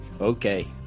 Okay